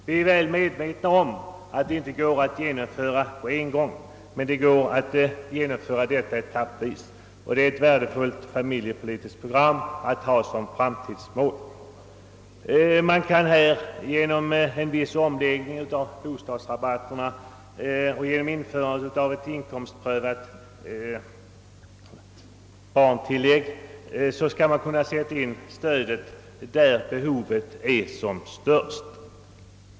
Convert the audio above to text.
Vi är väl medvetna om att det inte går att genomföra ett sådant program med en gång, men det går att genomföra det etappvis, och programmet är en målsättning för den framtida familjepolitiken. Man kan genom en viss omläggning av bostadsrabatterna och genom införande av ett inkomstprövat barntillägg sätta in stödet där behovet är störst.